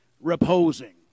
reposing